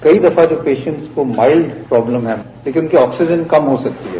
कई दफा तो पेशेंट को माइल्ड प्रोब्लम है लेकिन उनकी ऑक्सीजन कम हो सकती है